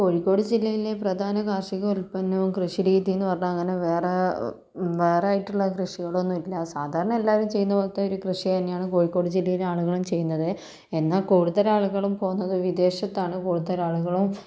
കോഴിക്കോട് ജില്ലയിലെ പ്രധാന കാർഷിക ഉൽപ്പന്നവും കൃഷി രീതി എന്നു പറഞ്ഞാൽ അങ്ങനെ വേറെ വേറെ ആയിട്ടുള്ള കൃഷികളും ഒന്നുമില്ല സാധാരണ എല്ലാവരും ചെയ്യുന്ന പോലത്തെ ഒരു കൃഷി തന്നെയാണ് കോഴിക്കോട് ജില്ലയിലെ ആളുകളും ചെയ്യുന്നത് എന്നാൽ കൂടുതൽ ആളുകളും പോകുന്നത് വിദേശത്താണ് കൂടുതൽ ആളുകളും